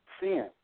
sin